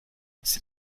c’est